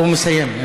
הוא מסיים.